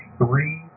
three